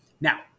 Now